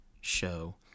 show